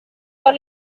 role